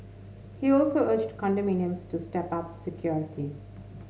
he also urged condominiums to step up security